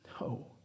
No